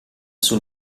sul